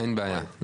אין בעיה.